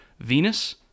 Venus